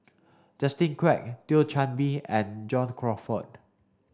Justin Quek Thio Chan Bee and John Crawfurd